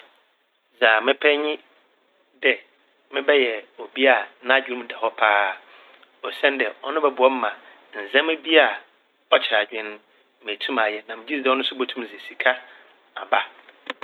Dza mepɛ nye dɛ mebɛyɛ obi a n'adwenmu da hɔ paa. Osiandɛ ɔno bɔboa ma ndzɛmba bi a ɔkyer adwen no metum mayɛ. Na megye dzi dɛ ɔno so botum dze sika aba.